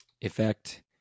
effect